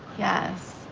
yes.